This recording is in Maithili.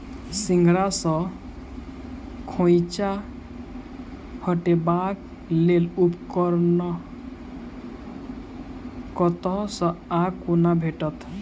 सिंघाड़ा सऽ खोइंचा हटेबाक लेल उपकरण कतह सऽ आ कोना भेटत?